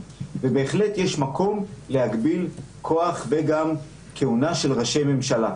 ובהחלט יש מקום להגביל כוח וגם כהונה של ראשי ממשלה.